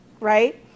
right